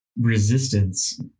resistance